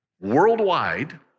worldwide